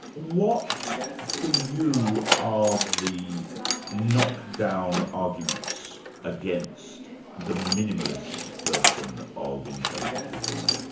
what for you are the knockdown arguments against the minimalist version of intelligent design?